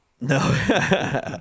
no